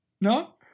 no